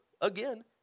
again